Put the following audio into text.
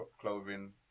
clothing